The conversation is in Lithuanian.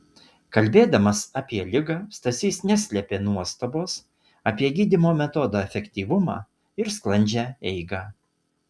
kalbėdamas apie ligą stasys neslėpė nuostabos apie gydymo metodo efektyvumą ir sklandžią eigą